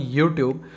YouTube